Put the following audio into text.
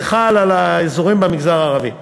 זה חל על המגזר הערבי באזורים.